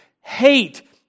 hate